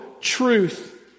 truth